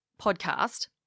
podcast